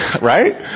right